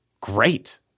Great